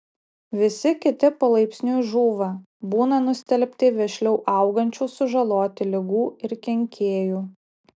visi kiti palaipsniui žūva būna nustelbti vešliau augančių sužaloti ligų ir kenkėjų